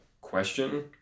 question